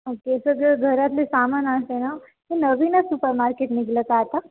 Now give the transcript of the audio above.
okay तर जे घरातले सामान असेल ना ते नवीनच सुपर मार्केट निघलं का आता